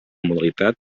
modalitat